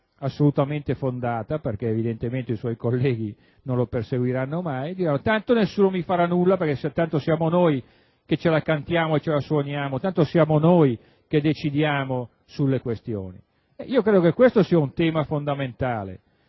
assolutamente fondata, perché evidentemente i suoi colleghi non lo perseguiranno mai - «tanto nessuno mi farà nulla perché tanto siamo noi che ce la cantiamo e ce la suoniamo, tanto siamo noi che decidiamo sulle questioni». Credo che questo sia un tema fondamentale;